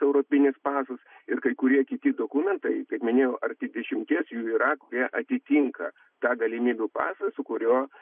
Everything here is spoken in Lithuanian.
europinis pasas ir kai kurie kiti dokumentai kaip minėjau arti dešimties jų yra kurie atitinka tą galimybių pasą su kuriuo